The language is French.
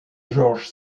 georges